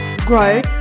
grow